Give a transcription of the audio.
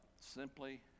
simply